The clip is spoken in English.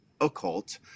occult